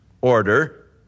order